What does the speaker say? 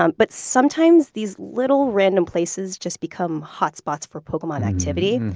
um but sometimes these little random places just become hotspots for pokemon activity,